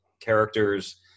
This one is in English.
characters